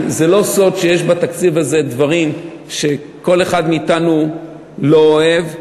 זה לא סוד שיש בתקציב הזה דברים שכל אחד מאתנו לא אוהב,